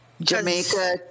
Jamaica